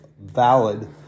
valid